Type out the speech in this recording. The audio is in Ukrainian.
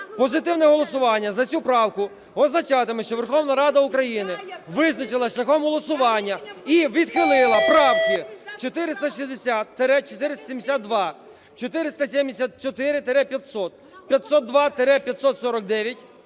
Позитивне голосування за цю правку означатиме, що Верховна Рада України визначилась шляхом голосування і відхилила правки: 460-472, 474-500, 502-549…